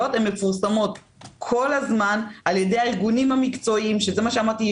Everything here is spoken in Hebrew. - הן מפורסמות כל הזמן על-ידי הארגונים המקצועיים שזה מה שאמרתי,